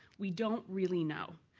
we don't really know.